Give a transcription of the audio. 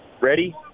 ready